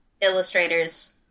illustrators